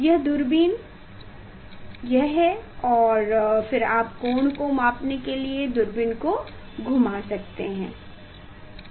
यह दूरबीन है और फिर आप कोण को मापने के लिए दूरबीन को घुमा सकते हैं